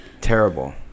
terrible